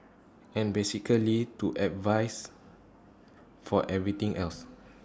and basically to advise for everything else